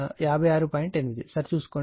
8 సరిచూసుకోండి